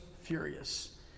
furious